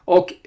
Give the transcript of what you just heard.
Och